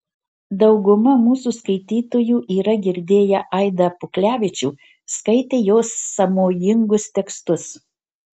dauguma mūsų skaitytojų yra girdėję aidą puklevičių skaitę jo sąmojingus tekstus